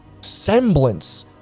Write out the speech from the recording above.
semblance